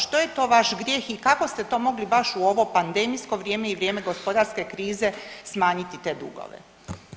Što je to vaš grijeh i kako ste to mogli baš u ovo pandemijsko vrijeme i vrijeme gospodarske krize smanjiti te dugove?